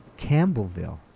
Campbellville